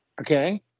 Okay